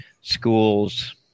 schools